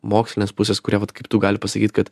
mokslinės pusės kurie vat kaip tu gali pasakyt kad